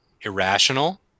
Irrational